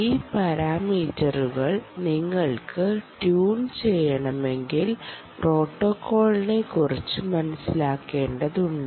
ഈ പാരാമീറ്ററുകൾ നിങ്ങൾക്ക് ട്യൂൺ ചെയ്യണമെങ്കിൽ പ്രോട്ടോക്കോളിനെക്കുറിച്ച് മനസ്സിലാക്കേണ്ടതുണ്ട്